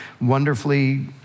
wonderfully